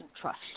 trust